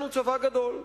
יש לנו צבא גדול.